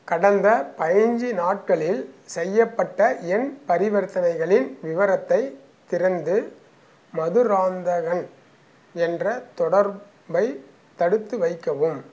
கடந்த பயஞ்சி நாட்களில் செய்யப்பட்ட என் பரிவர்த்தனைகளின் விவரத்தை திறந்து மதுராந்தகன் என்ற தொடர்பை தடுத்து வைக்கவும்